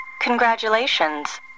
Congratulations